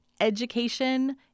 education